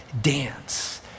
dance